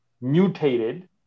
mutated